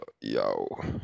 yo